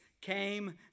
came